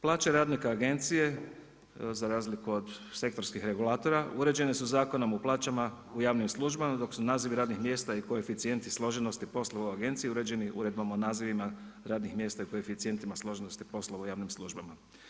Plaće radnika agencije za razliku od sektorskih regulatora uređene su Zakonom o plaćama u javnim službama dok su nazivi radnih mjesta i koeficijenti složenosti poslova u agenciji uređeni uredbom o nazivima radnih mjesta i koeficijentima složenosti poslova u javnim službama.